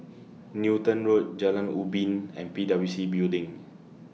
Newton Road Jalan Ubin and P W C Building